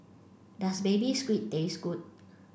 does baby squid taste good